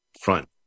front